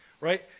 right